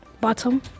Bottom